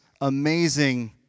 amazing